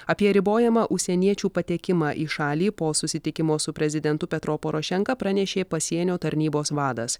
apie ribojamą užsieniečių patekimą į šalį po susitikimo su prezidentu petro porošenka pranešė pasienio tarnybos vadas